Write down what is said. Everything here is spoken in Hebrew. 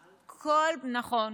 נכון.